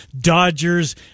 Dodgers